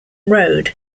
road